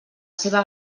seva